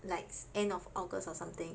like end of August or something